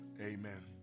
amen